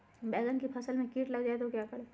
बैंगन की फसल में कीट लग जाए तो क्या करें?